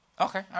Okay